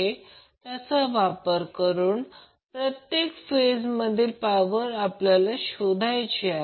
तर voltage Vcb असावे याचा अर्थ ते व्होल्टेज Vcb दिसत आहे परंतु Vbc नाही